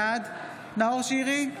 בעד נאור שירי,